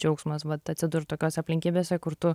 džiaugsmas vat atsidurt tokiose aplinkybėse kur tu